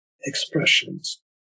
expressions